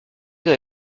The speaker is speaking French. dans